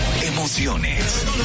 Emociones